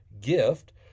gift